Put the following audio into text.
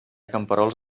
camperols